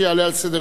טלב